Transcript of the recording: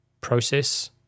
process